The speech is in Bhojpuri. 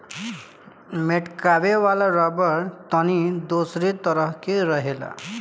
मेटकावे वाला रबड़ तनी दोसरे तरह के रहेला